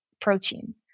protein